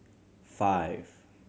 five